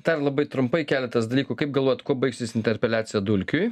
dar labai trumpai keletas dalykų kaip galvojat kuo baigsis interpeliacija dulkiui